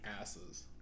asses